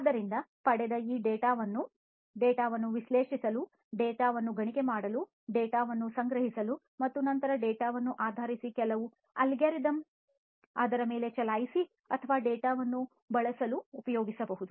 ಆದ್ದರಿಂದ ಪಡೆದ ಈ ಡೇಟಾವನ್ನು ವಿಶ್ಲೇಷಿಸಲು ಡೇಟಾವನ್ನು ಗಣಿಗಾರಿಕೆ ಮಾಡಲು ಡೇಟಾವನ್ನು ಸಂಗ್ರಹಿಸಲು ಮತ್ತು ನಂತರ ಡೇಟಾವನ್ನು ಆಧರಿಸಿ ಕೆಲವು ಅಲ್ಗೊರಿದಮ್ ಅದರ ಮೇಲೆ ಚಲಾಯಿಸಿ ಅಥವಾ ಡೇಟಾವನ್ನು ಬಳಸಲು ಉಪಯೋಗಿಸಬಹುದು